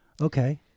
Okay